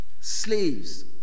slaves